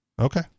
Okay